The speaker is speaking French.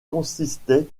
consistait